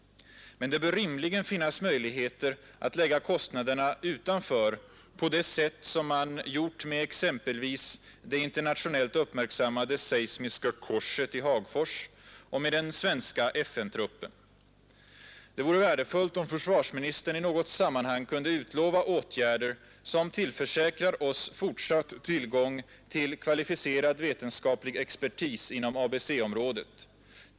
Men det bör rimligen finnas möjligheter att lägga kostnaderna utanför, på det sätt som man gjort beträffande exempelvis det internationellt uppmärksammade seismiska korset i Hagfors och den svenska FN-truppen. Det vore värdefullt om försvarsministern, i något sammanhang, kunde utlova åtgärder som tillförsäkrar oss fortsatt tillgång till kvalificerad vetenskaplig expertis inom ABC-området.